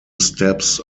steps